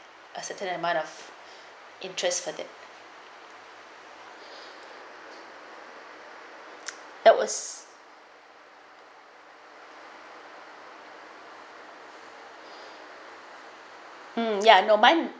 a certain amount of interest for that that was mm ya no but